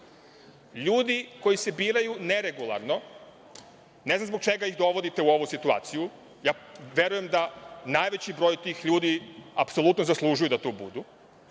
Ljudi koji se biraju neregularno, ne znam zbog čega ih dovodite u ovu situaciju. Verujem da najveći broj tih ljudi apsolutno zaslužuju da tu budu,